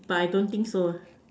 but I don't think so